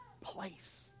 place